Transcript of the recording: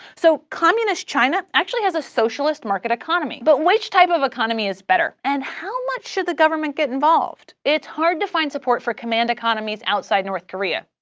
so communist china actually has a socialist market economy. but which type of economy is better and how much should the government get involved? it's hard to find support for command economies outside north korea,